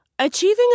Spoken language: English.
Achieving